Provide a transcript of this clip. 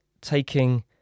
taking